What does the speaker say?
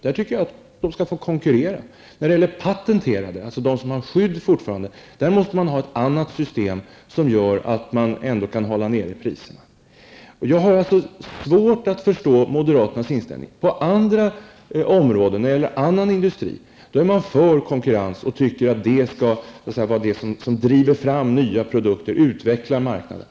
Där tycker jag att man skall kunna konkurrera. När det gäller patenterade läkemedel, de som fortfarande är skyddade, måste man ha ett annat system, som gör att man ändå kan hålla priserna nere. Jag har svårt att förstå moderaternas inställning. På andra områden, när det gäller annan industri, är man för konkurrens och tycker att den driver fram nya produkter, utvecklar marknaden.